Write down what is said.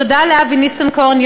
תודה לאבי ניסנקורן,